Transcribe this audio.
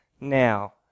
now